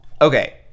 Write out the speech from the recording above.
Okay